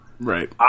Right